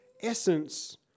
essence